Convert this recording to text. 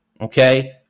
Okay